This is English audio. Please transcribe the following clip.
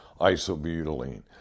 isobutylene